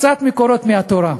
קצת מקורות מהתורה.